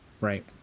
right